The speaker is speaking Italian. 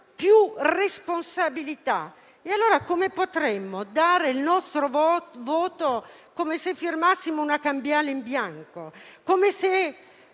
più responsabilità. Come potremmo dare il nostro voto come se firmassimo una cambiale in bianco? La realtà